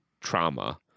trauma